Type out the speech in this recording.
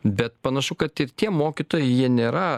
bet panašu kad ir tie mokytojai jie nėra